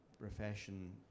profession